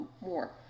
more